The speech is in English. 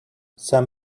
some